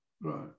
Right